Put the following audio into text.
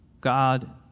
God